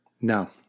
No